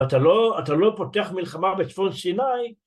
אתה לא פותח מלחמה בצפון סיני